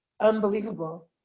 unbelievable